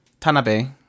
Tanabe